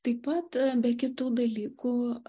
taip pat be kitų dalykų